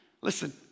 Listen